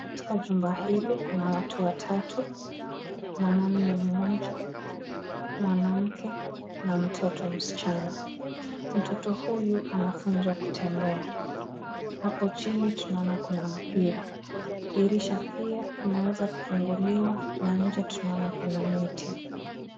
Katika jumba hili kuna watu watatu. Mwanaume mmoja, mwanamke na mtoto msichana. Mtoto huyu anafunzwa kutembea. Hapo chini tunaona kuna mpira. Dirisha pia imeweza kufunguliwa na nje tunaona kuna miti.